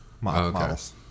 models